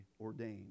ordained